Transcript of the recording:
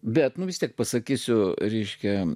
bet vis tiek pasakysiu ryškia